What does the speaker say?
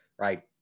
right